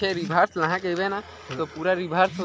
लोगन मन नइ चाह के घलौ लोन ल लेथे कभू कभू कुछु कुछु जिनिस बर